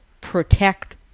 protect